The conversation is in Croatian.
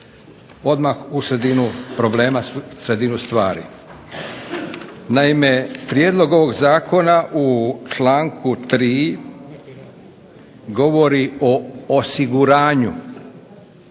odmah u sredinu problema, sredinu stvari. Naime, prijedlog ovog zakona u članku 3. govori o osiguranju